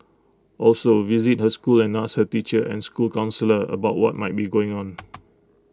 also visit her school and ask her teacher and school counsellor about what might be going on